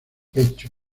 pecho